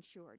insured